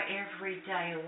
everyday